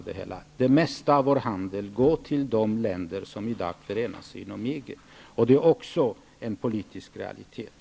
Det mesta av Sveriges handel går till de länder som i dag förenas inom EG. Det är också en politisk realitet.